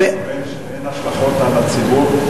אתה אומר שאין השלכות על הציבור,